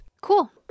Cool